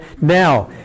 Now